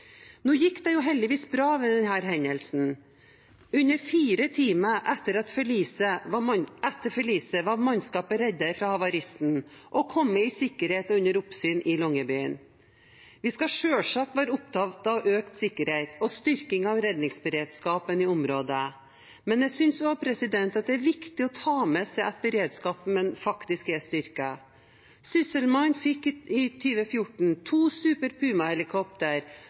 Nå gikk det heldigvis bra ved denne hendelsen. Under fire timer etter forliset var mannskapet reddet fra havaristen og kommet i sikkerhet og under oppsyn i Longyearbyen. Vi skal selvsagt være opptatt av økt sikkerhet og styrking av redningsberedskapen i området. Men jeg synes også det er viktig å ta med seg at beredskapen faktisk er styrket. Sysselmannen fikk i 2014 to